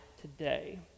today